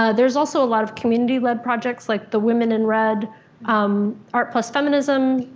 ah there's also a lot of community-led projects like the women in red um art feminism.